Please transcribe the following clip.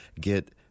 get